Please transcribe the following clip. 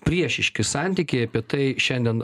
priešiški santykiai apie tai šiandien